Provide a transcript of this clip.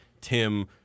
Tim